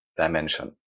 dimension